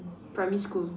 primary school